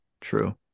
true